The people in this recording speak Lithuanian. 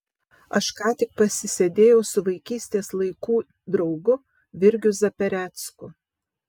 aš ką tik pasisėdėjau su vaikystės laikų draugu virgiu zaperecku